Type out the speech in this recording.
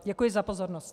Děkuji za pozornost.